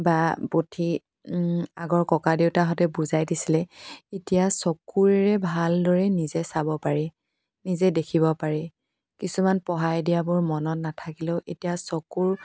বা পুথি আগৰ ককাদেউতাহঁতে বুজাই দিছিলে এতিয়া চকুৰে ভালদৰে নিজে চাব পাৰি নিজে দেখিব পাৰি কিছুমান পঢ়াই দিয়াবোৰ মনত নেথাকিলেও এতিয়া চকুৰ